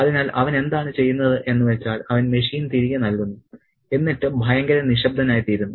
അതിനാൽ അവൻ എന്താണ് ചെയ്യുന്നത് എന്നുവെച്ചാൽ അവൻ മെഷീൻ തിരികെ നൽകുന്നു എന്നിട്ട് ഭയങ്കര നിശബ്ദനായിത്തീരുന്നു